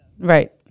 right